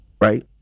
right